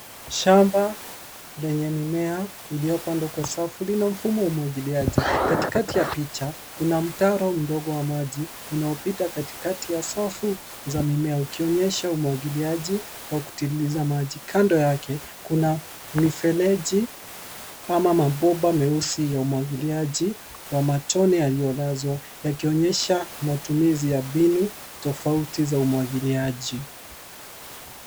Shamba lenye mimea iliyopandwa kwa safu lina mfumo wa umwagiliaji .Kati kati ya picha kuna mtaro mdogo wa maji unaopita kati kati ya safu za mimea ukionyesha umwagiliaji wa kutiliza maji. Kando yake kuna mifereji ama mabomba meusi ya umwagiliaji wa matone yaliyolazwa yakionyesha matumizi ya mbinu tofauti za umwagiliaji.